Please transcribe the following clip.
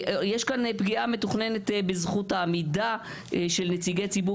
יש כאן פגיעה מתוכננת בזכות העמידה של נציגי ציבור